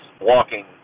walking